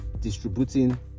distributing